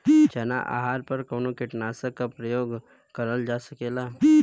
चना अरहर पर कवन कीटनाशक क प्रयोग कर जा सकेला?